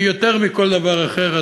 ויותר מכל דבר אחר,